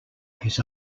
his